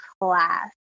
class